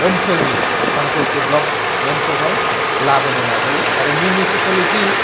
ओनसोलनि माखासे देभलपमेन्टखौहाय लाबोनो नाजायो आरो मिउनिसिपालिटि